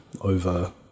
over